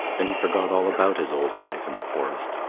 then he forgot all about his old life in the forest,